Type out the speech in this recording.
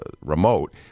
remote